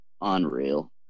unreal